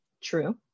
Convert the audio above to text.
True